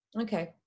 Okay